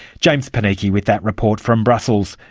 james panichi with that report from brussels.